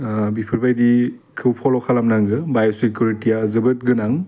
बिफोरबायदिखौ फल' खालामनांगौ बाइसिकुरिटिया जोबोद गोनां